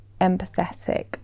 empathetic